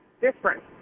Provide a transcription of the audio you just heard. different